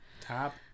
Top